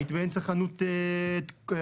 הייתי באמצע חנות טמבור.